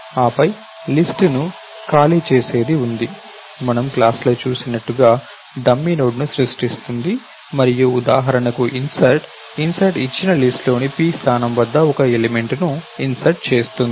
ఆపై లిస్ట్ ను ఖాళీ చేసేది ఉంది మనము క్లాస్లో చూసినట్లుగా డమ్మీ నోడ్ను సృష్టిస్తుంది మరియు ఉదాహరణకు ఇన్సర్ట్ ఇన్సర్ట్ ఇచ్చిన లిస్ట్ లోని p స్థానం వద్ద ఒక ఎలిమెంట్ ని ఇన్సర్ట్ చేస్తుంది